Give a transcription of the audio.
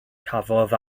cafodd